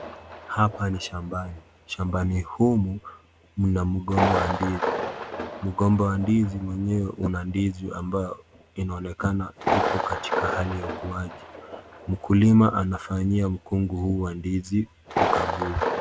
Hapa ni shambani, shambani humu mna mgomba wa ndizi, mgomba wa ndizi mwenyewe una ndizi ambayo inaoneka ipo katika hali ya ukuaji. Mkulima anafanyia mkungu huu wa ndizi ukaguaji.